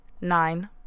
nine